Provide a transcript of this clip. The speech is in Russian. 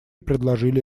предложили